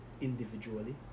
individually